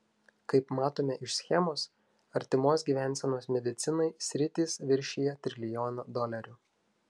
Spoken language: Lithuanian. kaip matome iš schemos artimos gyvensenos medicinai sritys viršija trilijoną dolerių